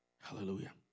Hallelujah